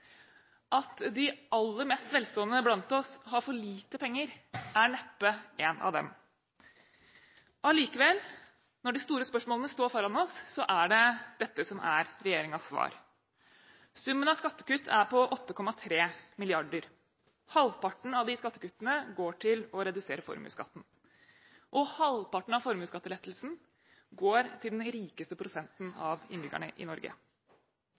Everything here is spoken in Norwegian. At de aller mest velstående blant oss har for lite penger, er neppe en av dem. Allikevel, når de store spørsmålene står foran oss, er det dette som er regjeringens svar. Summen av skattekutt er på 8,3 mrd. kr. Halvparten av de skattekuttene går til å redusere formuesskatten, og halvparten av formuesskattelettelsen går til den rikeste prosenten av innbyggerne i Norge.